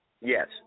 Yes